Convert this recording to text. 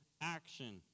action